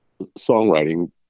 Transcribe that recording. songwriting